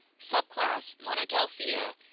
subclass monodelphia,